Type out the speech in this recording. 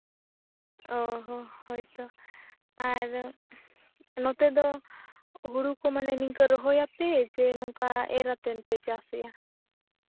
ᱚ ᱦᱚᱸ ᱦᱳᱭᱛᱚ ᱟᱨ ᱱᱚᱛᱮ ᱫᱚ ᱦᱩᱲᱩ ᱠᱚ ᱢᱟᱱᱮ ᱱᱤᱝᱠᱟᱹ ᱨᱚᱦᱚᱭ ᱟᱯᱮ ᱪᱮ ᱱᱚᱝᱠᱟ ᱮᱨ ᱟᱛᱮᱱ ᱯᱮ ᱪᱟᱥ ᱮᱫᱼᱟ